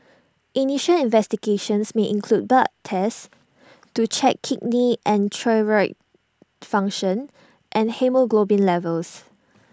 initial investigations may include blood tests to check kidney and thyroid function and haemoglobin levels